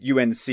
UNC